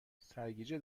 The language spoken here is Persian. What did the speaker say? سرگیجه